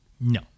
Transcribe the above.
No